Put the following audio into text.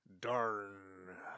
Darn